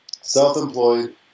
self-employed